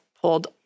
pulled